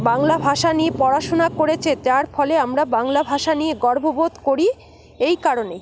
বাংলা ভাষা নিয়ে পড়াশুনা করেছে যার ফলে আমরা বাংলা ভাষা নিয়ে গর্ব বোধ করি এই কারণে